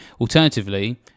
Alternatively